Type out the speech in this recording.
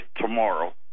tomorrow